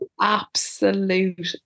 absolute